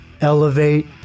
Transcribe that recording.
Elevate